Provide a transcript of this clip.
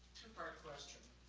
two-part question,